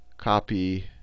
Copy